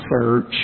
search